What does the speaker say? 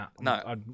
No